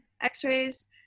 x-rays